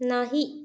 नाही